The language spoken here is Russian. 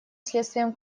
следствием